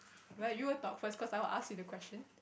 well you will talk first cause I will ask you the question